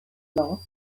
lost